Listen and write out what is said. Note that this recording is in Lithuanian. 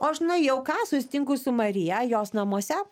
o nuėjau ką susitinku su marija jos namuose